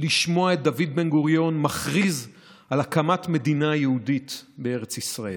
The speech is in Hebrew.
לשמוע את דוד בן-גוריון מכריז על הקמת מדינה יהודית בארץ ישראל,